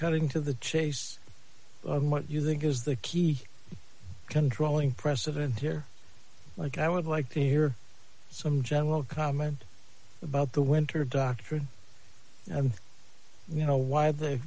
cutting to the chase on what you think is the key controlling precedent here like i would like to hear some general comment about the winter doctrine and you know why the